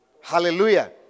Hallelujah